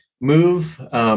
move